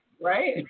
Right